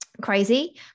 crazy